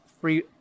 free